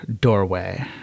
doorway